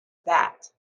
that